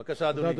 בבקשה, אדוני.